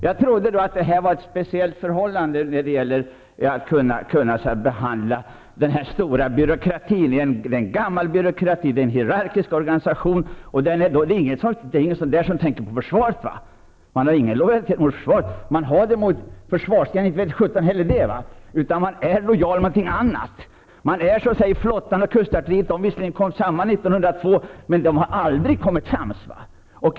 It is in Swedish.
Jag trodde att det var ett speciellt förhållande när det gäller att kunna behandla försvarets stora byråkrati. Det är en gammal byråkrati, det är en hierarkisk organisation. Det är få där som tänker på försvaret i stort. Man har ingen lojalitet mot försvaret, utan mer mot delar av det. Man är lojal mot något annat, som försvarsgren eller truppslag. Man är t.ex att säga i flottan eller i kustartilleriet. De kom samman 1902, men de har aldrig kommit sams.